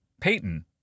Payton